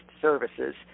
Services